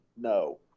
No